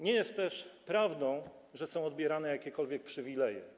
Nie jest też prawdą, że są odbierane jakiekolwiek przywileje.